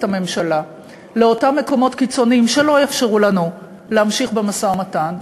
הממשלה לאותם מקומות קיצוניים שלא יאפשרו לנו להמשיך במשא-ומתן,